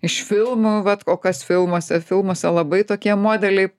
iš filmų vat o kas filmuose filmuose labai tokie modeliai